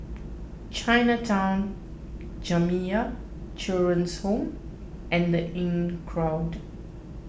Chinatown Jamiyah Children's Home and the Inncrowd